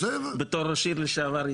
בתור ראש עיר לשעבר,